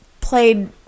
played